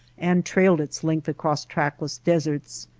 and trailed its length across trackless deserts,